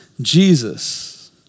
Jesus